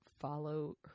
follow